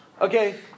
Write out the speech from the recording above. Okay